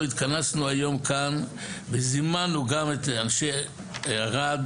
אנחנו התכנסו היום כאן וזימנו גם את אנשי ערד,